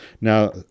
Now